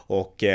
och